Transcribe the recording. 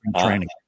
training